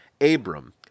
Abram